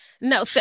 No